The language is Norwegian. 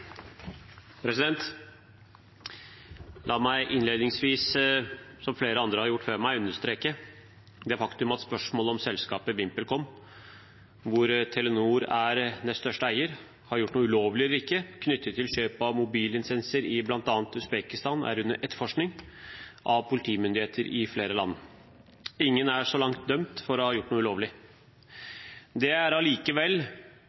faktum at spørsmålet om selskapet VimpelCom, hvor Telenor er nest største eier, har gjort noe ulovlig eller ikke knyttet til kjøp av mobillisenser i bl.a. Usbekistan, er under etterforskning av politimyndigheter i flere land. Ingen er så langt dømt for å ha gjort noe ulovlig. Det er allikevel